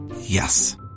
Yes